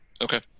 okay